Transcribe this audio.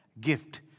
gift